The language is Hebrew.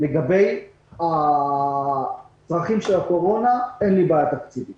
לגבי הצרכים של הקורונה אין לי בעיה תקציבית.